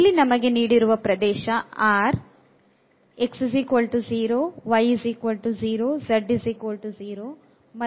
ಇಲ್ಲಿ ನಮಗೆ ನೀಡಿರುವ ಪ್ರದೇಶ R ನಿಂದ ಸುತ್ತುವರೆದಿದೆ